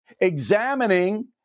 examining